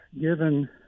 given